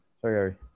Sorry